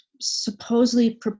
supposedly